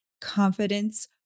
confidence